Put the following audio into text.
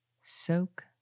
soak